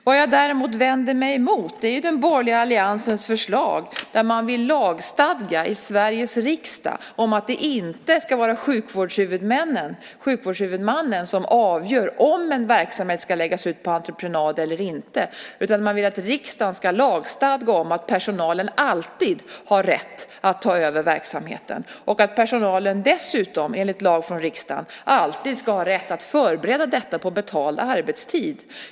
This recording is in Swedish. Vad jag däremot vänder mig emot är den borgerliga alliansens förslag om att lagstifta i Sveriges riksdag om att det inte ska vara sjukvårdshuvudmannen som avgör om en verksamhet ska läggas ut på entreprenad eller inte. Man vill att riksdagen ska lagstifta om att personalen alltid har rätt att ta över verksamheten och att personalen dessutom, enligt lag från riksdagen, alltid ska ha rätt att förbereda detta på betald arbetstid.